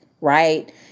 right